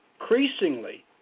increasingly